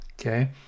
okay